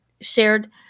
shared